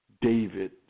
David